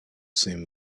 same